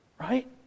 right